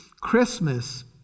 Christmas